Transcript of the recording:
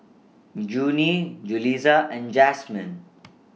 Junie Julisa and Jasmine